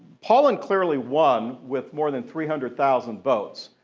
paulen clearly won with more than three hundred thousand votes,